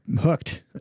hooked